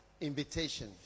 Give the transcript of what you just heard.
invitation